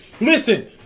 Listen